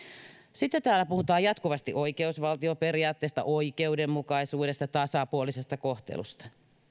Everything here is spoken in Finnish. sitten täällä puhutaan jatkuvasti oikeusvaltioperiaatteesta oikeudenmukaisuudesta tasapuolisesta kohtelusta